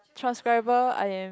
transcriber I am